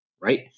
Right